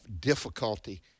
difficulty